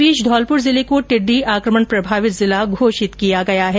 इस बीच धौलपुर जिले को टिड्डी आकमण प्रभावित जिला घोषित किया गया है